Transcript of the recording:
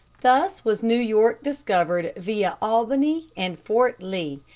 thus was new york discovered via albany and fort lee,